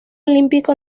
olímpico